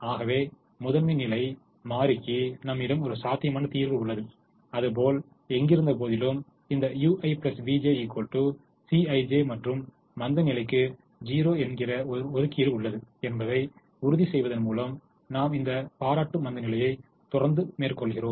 ஆகவே முதன்மை நிலை மாறிக்கு நம்மிடம் ஒரு சாத்தியமான தீர்வு உள்ளது அதுபோல் எங்கிருந்தபோதிலும் இந்த ui vj Cij மற்றும் மந்தநிலைக்கு 0 என்கிற ஒரு ஒதுக்கீடு உள்ளது என்பதை உறுதி செய்வதன் மூலம் நாம் இந்த பாராட்டு மந்தநிலையை தொடர்ந்து மேற்கொள்கிறோம்